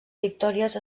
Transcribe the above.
victòries